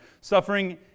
Suffering